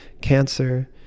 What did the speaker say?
cancer